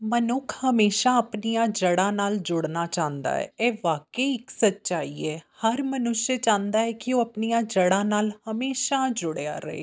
ਮਨੁੱਖ ਹਮੇਸ਼ਾ ਆਪਣੀਆਂ ਜੜ੍ਹਾਂ ਨਾਲ ਜੁੜਨਾ ਚਾਹੁੰਦਾ ਹੈ ਇਹ ਬਾਕਈ ਇੱਕ ਸੱਚਾਈ ਹੈ ਹਰ ਮਨੁਸ਼ ਚਾਹੁੰਦਾ ਹੈ ਕਿ ਉਹ ਆਪਣੀਆਂ ਜੜ੍ਹਾਂ ਨਾਲ ਹਮੇਸ਼ਾ ਜੁੜਿਆ ਰਹੇ